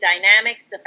dynamics